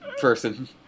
person